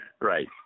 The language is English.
Right